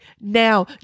now